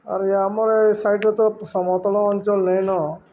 arrow ଆମର ଏଇ ସାଇଡ଼୍ରେ ତ ସମତଳ ଅଞ୍ଚଳ